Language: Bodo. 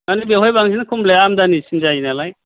आरो बेयावहाय बांसिन खमलाया आमदानिसिन जायो नालाय